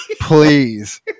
Please